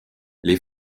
les